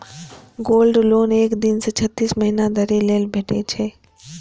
gold loan एक दिन सं छत्तीस महीना धरि लेल भेटै छै